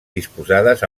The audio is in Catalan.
disposades